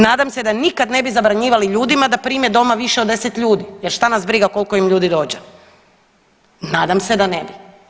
Nadam se da nikad ne bi zabranjivali ljudima da prime doma više od 10 ljudi jer šta nas briga koliko im ljudi dođe, nadam se da ne bi.